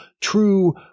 true